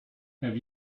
have